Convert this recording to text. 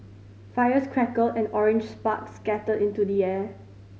fires crackled and orange sparks scattered into the air